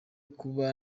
kuba